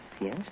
yes